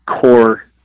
core